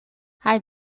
hij